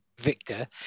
Victor